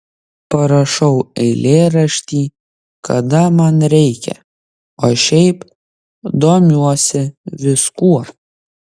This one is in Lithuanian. parašau eilėraštį kada man reikia o šiaip domiuosi viskuo